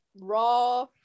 raw